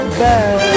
bad